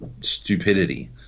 stupidity